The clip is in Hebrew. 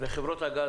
וחברות הגז,